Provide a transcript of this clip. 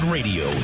Radio